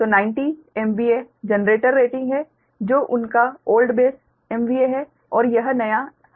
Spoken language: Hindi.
तो 90 MVA जनरेटर रेटिंग है जो उनका ओल्ड बेस MVA है और यह नया 100 MV है